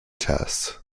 tests